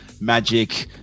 magic